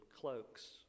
cloaks